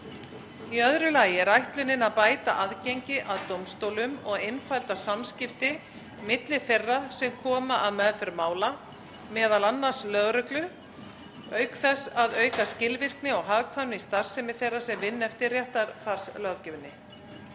Í öðru lagi er ætlunin að bæta aðgengi að dómstólum og einfalda samskipti milli þeirra sem koma að meðferð mála, m.a. lögreglu, auk þess að auka skilvirkni og hagkvæmni í starfsemi þeirra sem vinna eftir réttarfarslöggjöfinni.